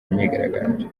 myigaragambyo